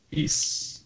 Peace